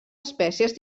espècies